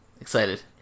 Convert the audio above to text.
excited